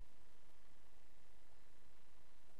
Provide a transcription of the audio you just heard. אני